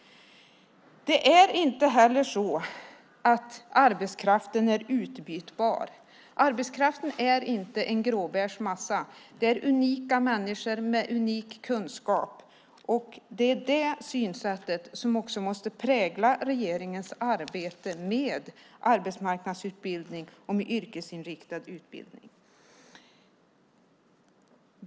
Det är inte heller så att arbetskraften är utbytbar. Arbetskraften är inte en grå massa, utan det är unika människor med unik kunskap. Det är det synsättet som måste prägla regeringens arbete med arbetsmarknadsutbildning och med yrkesinriktad utbildning.